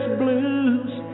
blues